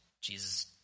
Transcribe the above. Jesus